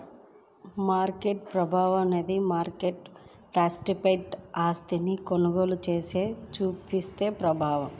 market ప్రభావం అనేది market participant ఆస్తిని కొనుగోలు చేసినప్పుడు చూపే ప్రభావం